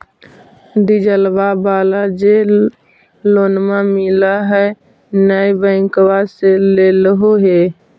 डिजलवा वाला जे लोनवा मिल है नै बैंकवा से लेलहो हे?